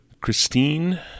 Christine